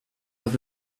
have